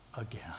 again